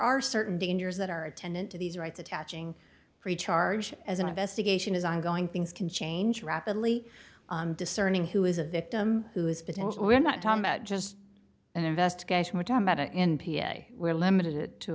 are certain dangers that are attendant to these rights attaching pre charge as an investigation is ongoing things can change rapidly discerning who is a victim who is potential we're not talking about just an investigation we're talking about a n p a we're limited to